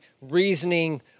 reasoning